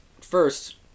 First